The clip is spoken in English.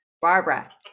Barbara